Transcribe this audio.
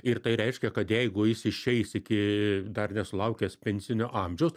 ir tai reiškia kad jeigu jis išeis iki dar nesulaukęs pensinio amžiaus